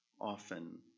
often